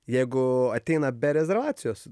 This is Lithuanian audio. jeigu ateina be rezervacijos